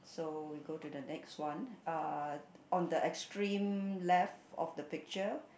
so we go to the next one uh on the extreme left of the picture